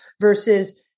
versus